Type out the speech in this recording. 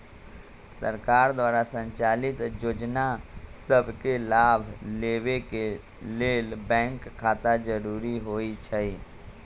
सरकार द्वारा संचालित जोजना सभके लाभ लेबेके के लेल बैंक खता जरूरी होइ छइ